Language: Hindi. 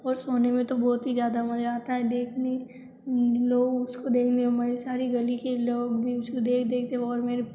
और सोने में तो बहुत ही ज़्यादा मज़ा आता है देखने लोग उसको देंगे हमारी सारी गली के लोग भी उसको देख देख कर और मेरे